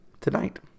tonight